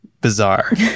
bizarre